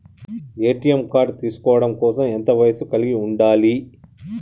ATM card తీసుకోవడం కోసం ఎంత వయస్సు కలిగి ఉండాలి?